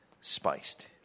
spiced